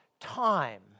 time